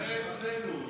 זה היה אצלנו.